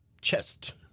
chest